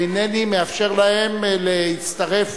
אינני מאפשר להן להצטרף,